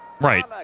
Right